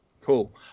cool